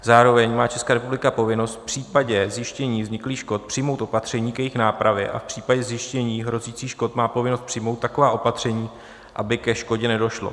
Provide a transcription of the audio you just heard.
Zároveň má Česká republika povinnost v případě zjištění vzniklých škod přijmout opatření k jejich nápravě a v případě zjištění hrozících škod má povinnost přijmout taková opatření, aby ke škodě nedošlo.